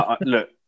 look